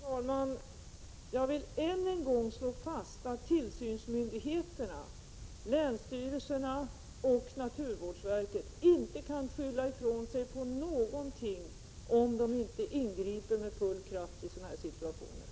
Herr talman! Jag vill än en gång slå fast att tillsynsmyndigheterna — länsstyrelserna och naturvårdsverket — inte kan skylla ifrån sig på någonting om de inte ingriper med full kraft i en sådan här situation.